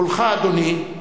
קולך, אדוני,